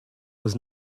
was